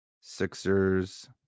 Sixers